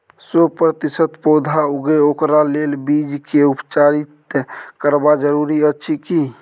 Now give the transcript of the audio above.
सौ प्रतिसत पौधा उगे ओकरा लेल बीज के उपचारित करबा जरूरी अछि की?